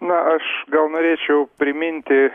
na aš gal norėčiau priminti